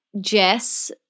Jess